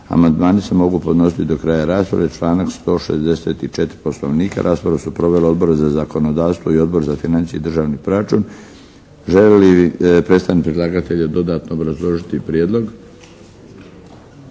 Amandmani se mogu podnositi do kraja rasprave članak 164. Poslovnika. Raspravu su proveli Odbori za zakonodavstvo i Odbor za financije i državni proračun. Želi li predstavnik predlagatelja dodatno obrazložiti prijedlog?